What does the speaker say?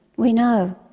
we know